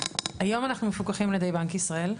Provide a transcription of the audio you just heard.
היום אנחנו מפוקחים על ידי בנק ישראל,